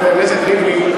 חבר הכנסת ריבלין,